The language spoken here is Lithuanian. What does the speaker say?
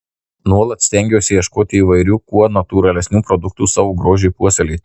nuolat stengiuosi ieškoti įvairių kuo natūralesnių produktų savo grožiui puoselėti